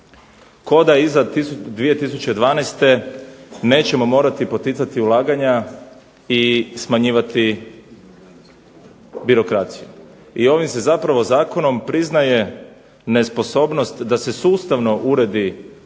Kao da iza 2012. nećemo morati poticati ulaganja i smanjivati birokraciju. I ovim se zapravo zakonom priznaje nesposobnost da se sustavno uredi